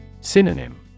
Synonym